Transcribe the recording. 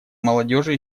молодежи